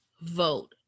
vote